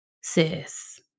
sis